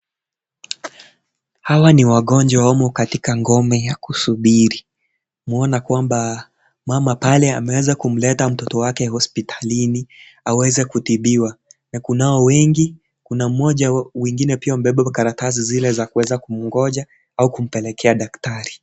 Hawa ni wagonjwa wamo katika ngome ya kusubiri, namuona kwamba mama pale ameweza kumleta mtoto wake hospitalini aweze kutibiwa na kunao wengi kuna mmoja wengine pia wamebeba karatasi zile za kuweza kumgonja ama kumpelekea daktari.